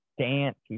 dance